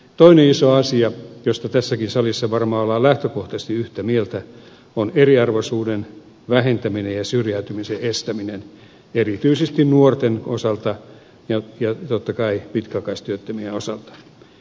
toinen iso asia josta tässäkin salissa varmaan ollaan lähtökohtaisesti yhtä mieltä on eriarvoisuuden vähentäminen ja syrjäytymisen estäminen erityisesti nuorten osalta ja totta kai pitkäaikaistyöttömien osalta